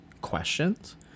questions